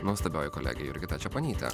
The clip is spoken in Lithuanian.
nuostabioji kolegė jurgita čeponytė